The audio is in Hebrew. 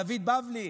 דוד בבלי,